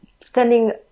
sending